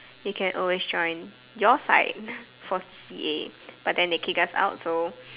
you can always join your side for C_C_A but then they kick us out so